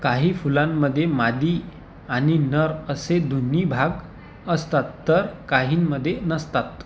काही फुलांमध्ये मादी आणि नर असे दोन्ही भाग असतात तर काहींमध्ये नसतात